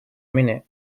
minute